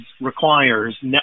requires